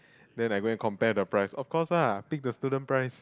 then I go and compared the price of course lah pick the student price